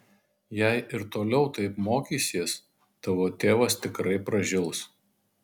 jei ir toliau taip mokysies tavo tėvas tikrai pražils